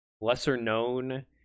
lesser-known